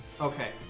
Okay